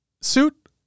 suit